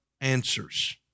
answers